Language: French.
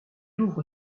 ouvre